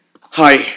Hi